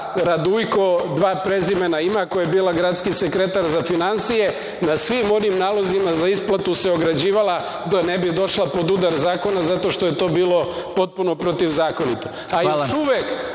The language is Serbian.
Radujko, dva prezimena ima, koja je bila gradski sekretar za finansije, na svim onim nalozima za isplatu se ograđivala da ne bi došla pod udar zakona zato što je to bilo potpuno protivzakonito…(Predsedavajući: